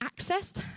accessed